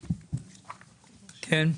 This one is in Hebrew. כן.